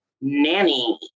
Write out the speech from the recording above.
nanny